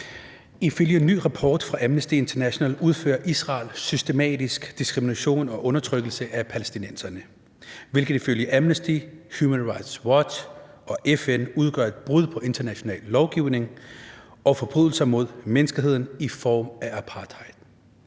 Ifølge en ny rapport fra Amnesty International udfører Israel systematisk diskrimination og undertrykkelse af palæstinenserne, hvilket ifølge Amnesty, Human Rights Watch og FN udgør et brud på international lovgivning og forbrydelser mod menneskeheden i form af apartheid